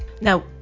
Now